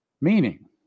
Meaning